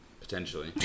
Potentially